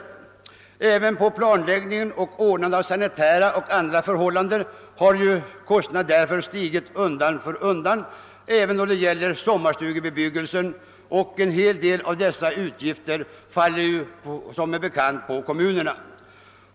Utgifterna för planläggning och ordnande av sanitära och andra förhållanden har stigit undan för undan även då det gäller sommarstugebebyggelse, och en hel del av dessa utgifter faller som bekant på kommunerna.